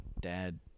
dad